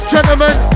Gentlemen